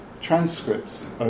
transcripts